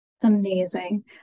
Amazing